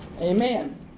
Amen